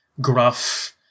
gruff